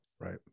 Right